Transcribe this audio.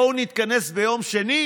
בואו נתכנס ביום שני,